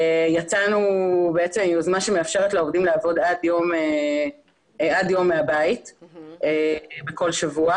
יצאנו ביוזמה שמאפשרת לעובדים לעבוד עד יום מהבית בכל שבוע